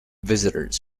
visitors